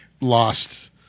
lost